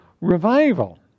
revival